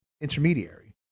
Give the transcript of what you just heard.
intermediary